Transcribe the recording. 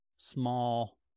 small